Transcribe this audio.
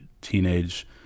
teenage